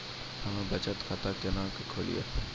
हम्मे बचत खाता केना के खोलियै?